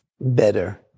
better